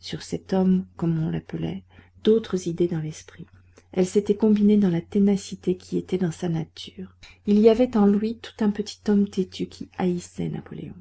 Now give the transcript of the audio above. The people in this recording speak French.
sur cet homme comme on l'appelait d'autres idées dans l'esprit elles s'étaient combinées avec la ténacité qui était dans sa nature il y avait en lui tout un petit homme têtu qui haïssait napoléon